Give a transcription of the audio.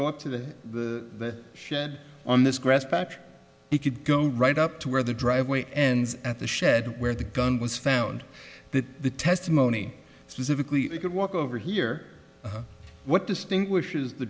go up to the shed on this grass patch he could go right up to where the driveway ends at the shed where the gun was found that the testimony specifically could walk over here what distinguishes the